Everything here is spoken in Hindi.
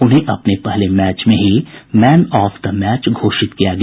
उन्हें अपने पहले मैच में ही मैन ऑफ द मैच घोषित किया गया